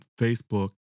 Facebook